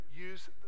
use